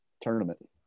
tournament